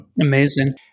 Amazing